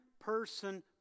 person